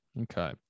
Okay